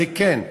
זה כן,